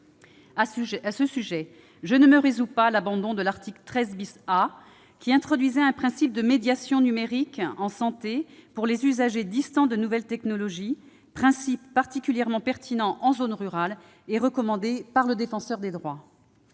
À ce sujet, je ne me résous pas à l'abandon de l'article 13 A, qui introduisait un principe de médiation numérique en santé pour les usagers distants des nouvelles technologies, principe particulièrement pertinent en zone rurale et recommandé par le Défenseur des droits.